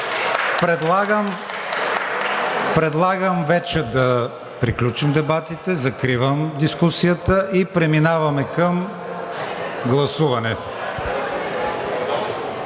Предлагам вече да приключим дебатите. Закривам дискусията. Преминаваме към гласуване.